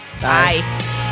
Bye